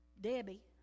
Debbie